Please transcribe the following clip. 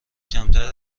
کمتر